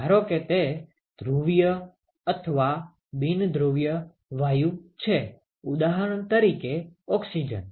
ધારો કે તે ધ્રુવીય અથવા બિન ધ્રુવીય વાયુ છે ઉદાહરણ તરીકે ઓક્સિજન